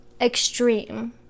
extreme